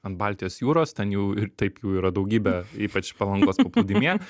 ant baltijos jūros ten jau ir taip jų yra daugybė ypač palangos paplūdimyje